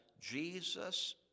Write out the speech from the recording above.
Jesus